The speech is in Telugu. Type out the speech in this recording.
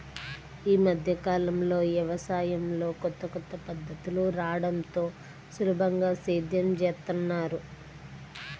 యీ మద్దె కాలంలో యవసాయంలో కొత్త కొత్త పద్ధతులు రాడంతో సులభంగా సేద్యం జేత్తన్నారు